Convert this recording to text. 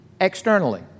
Externally